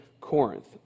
corinth